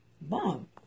bomb